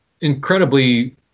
incredibly